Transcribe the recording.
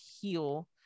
heal